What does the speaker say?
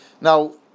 Now